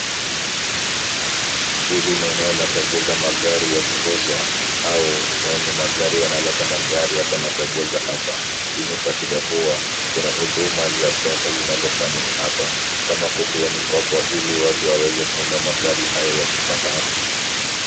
Hili ni eneo la kuegeza magari ya kuuzwa au wenye magari wanaleta magari hapa na kuegeza hapa. Hii ni kuashiria kuwa kuna huduma za pesa zinazofanyika hapa, kama kupea mikopo ili watu waweze kununua magari haya ya kifahari.